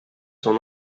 sont